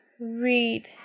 read